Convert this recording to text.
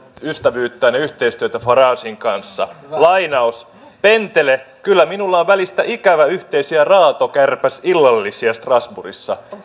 ystävyyttään ja yhteistyötä faragen kanssa lainaus pentele kyllä minulla on välistä ikävä yhteisiä raatokärpäsillallisia strassburgissa